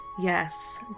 yes